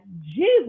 Jesus